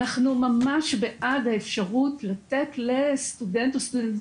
אנחנו ממש בעד האפשרות לתת לסטודנט או סטודנטים,